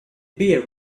beer